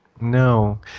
No